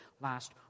last